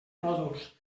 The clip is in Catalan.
mòduls